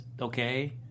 okay